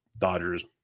Dodgers